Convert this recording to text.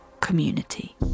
community